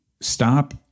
stop